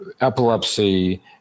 epilepsy